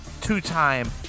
two-time